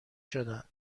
شدند